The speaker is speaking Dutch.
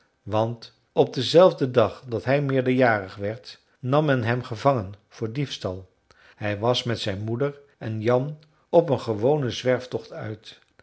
want op denzelfden dag dat hij meerderjarig werd nam men hem gevangen voor diefstal hij was met zijn moeder en jan op een gewonen zwerftocht uit